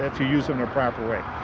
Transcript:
if you use them the proper way.